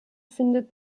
findet